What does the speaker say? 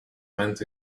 went